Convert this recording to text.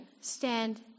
stand